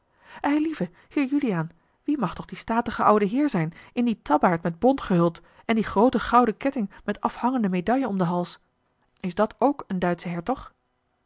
eilieve heer juliaan wie mag toch die statige oude heer zijn in dien tabbaard met bont gehuld en die groote gouden keten met afhangende medaille om den hals is dat ook een duitsche